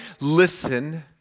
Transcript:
listen